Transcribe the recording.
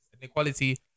Inequality